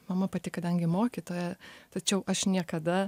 mama pati kadangi mokytoja tačiau aš niekada